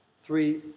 three